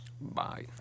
bye